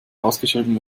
ausgeschrieben